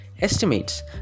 estimates